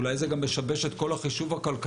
אולי זה גם משבש את כל החישוב הכלכלי